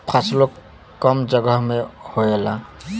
फसलो कम जगह मे होएला